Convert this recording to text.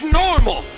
normal